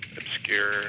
obscure